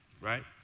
right